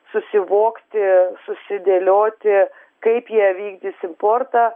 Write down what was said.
susivokti susidėlioti kaip jie vykdys importą